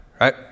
right